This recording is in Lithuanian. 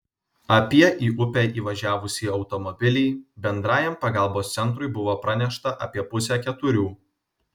apie į upę įvažiavusį automobilį bendrajam pagalbos centrui buvo pranešta apie pusę keturių